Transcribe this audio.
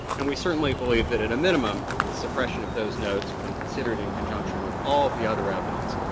and we certainly believe that at a minimum the suppression of those notes, when considered in conjunction with all the other evidence,